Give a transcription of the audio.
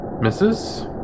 Misses